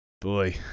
Boy